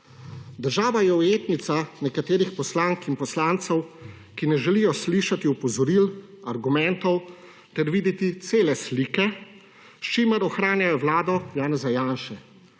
Država je ujetnica nekaterih poslank in poslancev, ki ne želijo slišati opozoril, argumentov ter videti cele slike, s čimer ohranjajo vlado Janeza Janše.